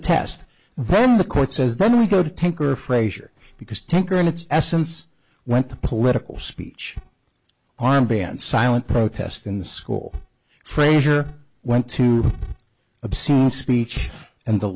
test then the court says then we go to tanker frazier because tanker in its essence went to political speech armband silent protest in the school frasier went to obscene speech and the